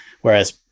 whereas